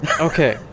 Okay